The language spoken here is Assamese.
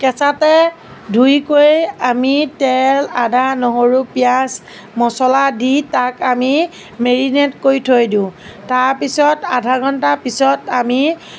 কেঁচাতে ধুই কৰি আমি তেল আদা নহৰু পিয়াঁজ মছলা দি তাক আমি মেৰিনেট কৰি থৈ দিওঁ তাৰপিছত আধা ঘণ্টাৰ পিছত আমি